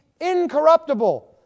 incorruptible